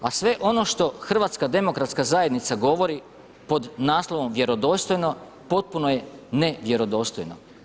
A sve ono što HDZ govori pod naslovom „Vjerodostojno“ potpuno je nevjerodostojno.